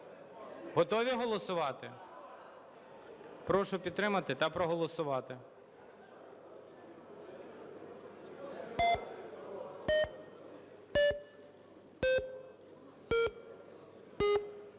Готові голосувати? Прошу підтримати та проголосувати.